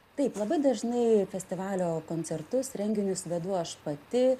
taip labai dažnai festivalio koncertus renginius vedu aš pati